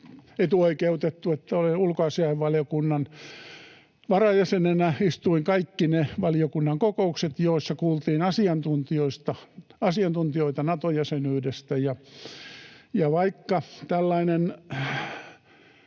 etuoikeutettu, että olin ulkoasiainvaliokunnan varajäsenenä ja istuin kaikki ne valiokunnan kokoukset, joissa kuultiin asiantuntijoita Nato-jäsenyydestä.